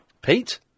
Pete